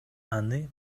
аны